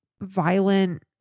violent